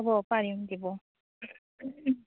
হ'ব পাৰিম দিব